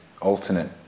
alternate